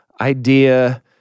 idea